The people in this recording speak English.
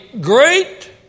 great